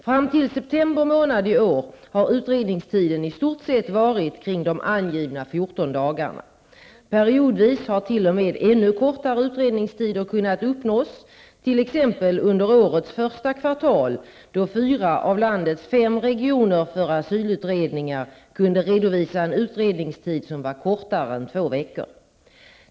Fram till september månad i år har utredningstiden i stort sett varit kring de angivna 14 dagarna. Periodvis har t.o.m. ännu kortare utredningstider kunnat uppnås, t.ex. under årets första kvartal, då fyra av landets fem regioner för asylutredningar kunde redovisa en utredningstid som var kortare än två veckor.